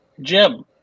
Jim